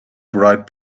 bright